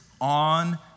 on